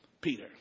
Peter